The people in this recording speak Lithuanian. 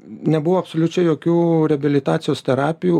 nebuvo absoliučiai jokių reabilitacijos terapijų